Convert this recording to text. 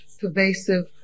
pervasive